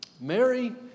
Mary